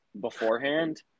beforehand